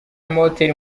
amahoteli